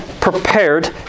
prepared